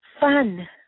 fun